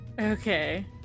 Okay